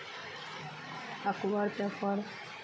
अखबार पेपर